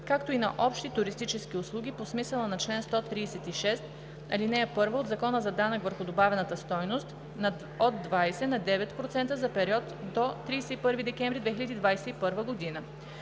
както и на общи туристически услуги по смисъла на чл. 136, ал. 1 от Закона за данъка върху добавената стойност от 20 на 9% за периода до 31 декември 2021 г.